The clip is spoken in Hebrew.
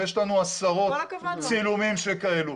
יש לנו עשרות צילומים שכאלה.